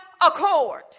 accord